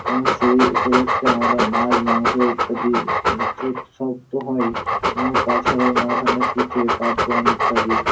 এবং সেই উপলক্ষে আমরা মাছ মাংস ইত্যাদি সব তো হয় এবং তাছাড়াও নানা ধরনের পিঠে পার্বণ ইত্যাদি